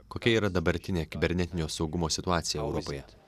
kokia yra dabartinė kibernetinio saugumo situacija europoje